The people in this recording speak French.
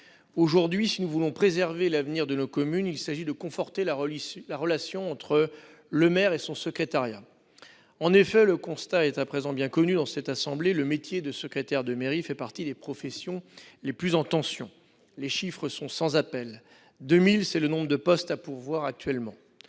Aujourd'hui, si nous voulons préserver l'avenir de nos communes, il convient aussi de conforter la relation entre le maire et son secrétariat. En effet, suivant un constat à présent bien connu dans cette assemblée, le métier de secrétaire de mairie fait partie des professions les plus en tension. Les chiffres sont sans appel : deux mille, voilà le nombre de postes à pourvoir actuellement.